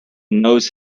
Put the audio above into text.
nose